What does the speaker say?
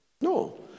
No